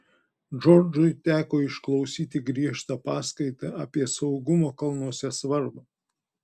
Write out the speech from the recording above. džordžui teko išklausyti griežtą paskaitą apie saugumo kalnuose svarbą